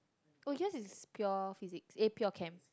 oh yours is pure physics eh pure chem